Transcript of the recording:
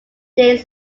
days